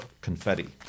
confetti